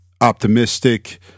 optimistic